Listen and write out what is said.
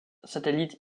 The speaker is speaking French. satellites